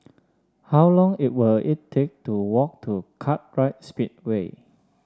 how long it will it take to walk to Kartright Speedway